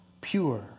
pure